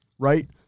Right